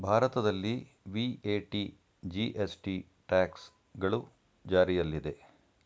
ಭಾರತದಲ್ಲಿ VAT, GST, ಟ್ರ್ಯಾಕ್ಸ್ ಗಳು ಜಾರಿಯಲ್ಲಿದೆ